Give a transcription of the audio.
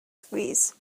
squeeze